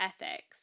ethics